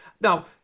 Now